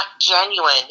genuine